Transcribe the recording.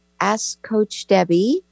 AskCoachDebbie